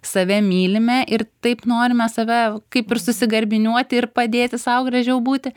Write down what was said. save mylime ir taip norime save kaip ir susigarbiniuoti ir padėti sau gražiau būti